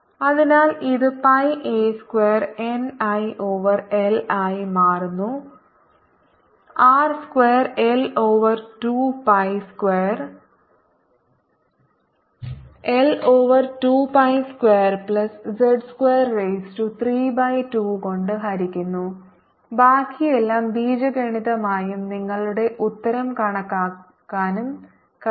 അതിനാൽ ഇത് pi a square N I over L ആയി മാറുന്നു R square L over 2 pi square L over 2 pi square plus z square raise to 3 by 2 കൊണ്ട് ഹരിക്കുന്നു ബാക്കി എല്ലാം ബീജഗണിതമായും നിങ്ങളുടെ ഉത്തരം കണക്കാക്കാനും കഴിയും